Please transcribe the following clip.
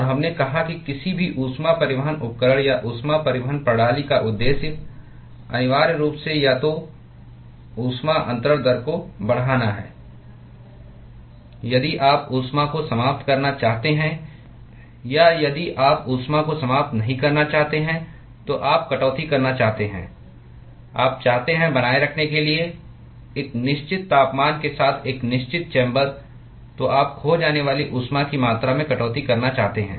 और हमने कहा कि किसी भी ऊष्मा परिवहन उपकरण या ऊष्मा परिवहन प्रणाली का उद्देश्य अनिवार्य रूप से या तो ऊष्मा अन्तरण दर को बढ़ाना है यदि आप ऊष्मा को समाप्त करना चाहते हैं या यदि आप ऊष्मा को समाप्त नहीं करना चाहते हैं तो आप कटौती करना चाहते हैं आप चाहते हैं बनाए रखने के लिए एक निश्चित तापमान के साथ एक निश्चित चैम्बर तो आप खो जाने वाली ऊष्मा की मात्रा में कटौती करना चाहते हैं